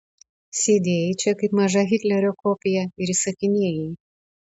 sėdėjai čia kaip maža hitlerio kopija ir įsakinėjai